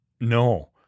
No